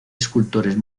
escultores